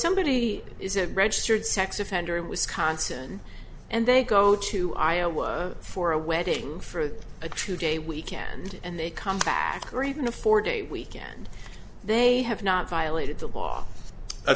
somebody is a registered sex offender in wisconsin and they go to iowa for a wedding for a true day weekend and they come back or even a four day weekend they have not violated the law